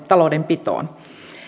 taloudenpitoon